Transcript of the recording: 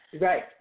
Right